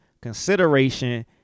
consideration